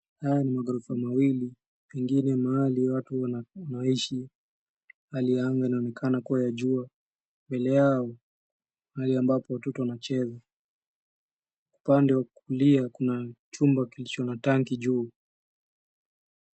Haya ni maghorofa mawili pengine mahali watu wanaoishi, pahali anga inaonekana kuwa ya jua, mbele yao mahali ambapo watoto wanacheza. Upande wa kulia kuna chumba kilicho na tanki juu.